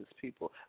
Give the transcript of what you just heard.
people